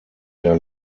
der